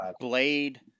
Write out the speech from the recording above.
Blade